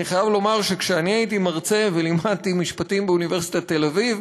אני חייב לומר שכשאני הייתי מרצה ולימדתי משפטים באוניברסיטת תל-אביב,